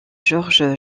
george